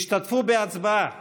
השתתפו בהצבעה